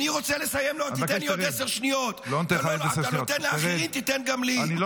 אני רוצה לסיים, לא, תיתן לי עוד עשר שניות.